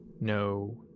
no